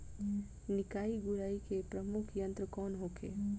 निकाई गुराई के प्रमुख यंत्र कौन होखे?